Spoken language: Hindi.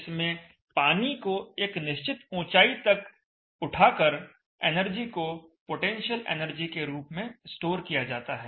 इसमें पानी को एक निश्चित ऊंचाई तक उठाकर एनर्जी को पोटेंशियल एनर्जी के रूप में स्टोर किया जाता है